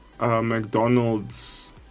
McDonald's